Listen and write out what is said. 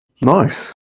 nice